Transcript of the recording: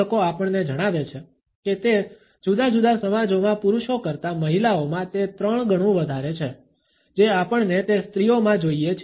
સંશોધકો આપણને જણાવે છે કે તે જુદા જુદા સમાજોમાં પુરુષો કરતાં મહિલાઓમા તે ત્રણ ગણુ વધારે છે જે આપણને તે સ્ત્રીઓમાં જોઈએ છીએ